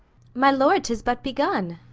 my lord, tis but begun.